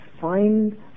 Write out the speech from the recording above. find